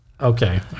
okay